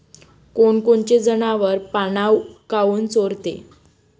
कोनकोनचे जनावरं पाना काऊन चोरते?